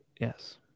Yes